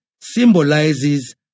symbolizes